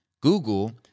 Google